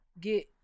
get